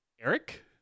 Eric